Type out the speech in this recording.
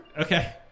Okay